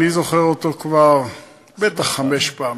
אני זוכר אותו כבר בטח חמש פעמים.